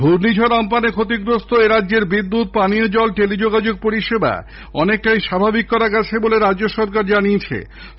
ঘূর্ণিঝড় আমপানে ক্ষতিগ্রস্ত রাজ্যের বিদ্যুৎ পানীয় জল টেলিযোগাযোগ পরিষেবাগুলি অনেকটাই স্বাভাবিক করা গেছে বলে রাজ্য সরকার জানিয়েছে